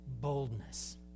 boldness